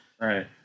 Right